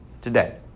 today